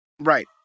Right